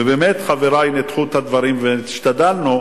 ובאמת חברי ניתחו את הדברים, והשתדלנו.